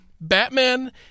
Batman